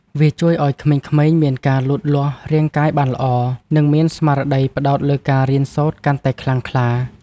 វាជួយឱ្យក្មេងៗមានការលូតលាស់រាងកាយបានល្អ និងមានស្មារតីផ្ដោតលើការរៀនសូត្រកាន់តែខ្លាំងក្លា។